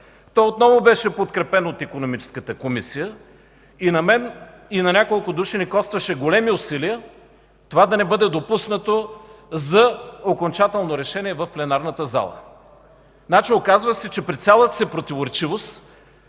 Той отново беше подкрепен от Икономическата комисия. На мен и на няколко души ни костваше големи усилия това да не бъде допуснато за окончателно решение в пленарната зала. Оказва се, че при цялата си противоречивост,